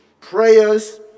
prayers